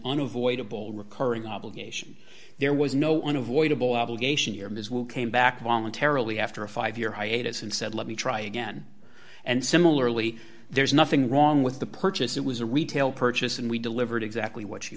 unavoidable recurring obligation there was no unavoidable obligation here ms will came back voluntarily after a five year hiatus and said let me try again and similarly there's nothing wrong with the purchase it was a retail purchase and we delivered exactly